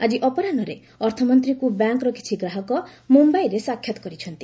ଆଜି ଅପରାହୁରେ ଅର୍ଥମନ୍ତ୍ରୀଙ୍କୁ ବ୍ୟାଙ୍କ୍ର କିଛି ଗ୍ରାହକ ମୁମ୍ୟାଇରେ ସାକ୍ଷାତ୍ କରିଛନ୍ତି